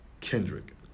Kendrick